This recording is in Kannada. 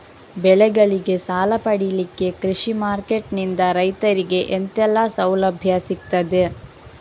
ಬೆಳೆಗಳಿಗೆ ಸಾಲ ಪಡಿಲಿಕ್ಕೆ ಕೃಷಿ ಮಾರ್ಕೆಟ್ ನಿಂದ ರೈತರಿಗೆ ಎಂತೆಲ್ಲ ಸೌಲಭ್ಯ ಸಿಗ್ತದ?